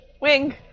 Wing